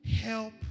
Help